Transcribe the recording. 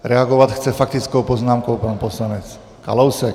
Reagovat chce faktickou poznámkou pan poslanec Kalousek.